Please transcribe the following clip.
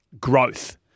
growth